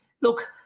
look